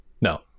No